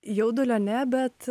jaudulio ne bet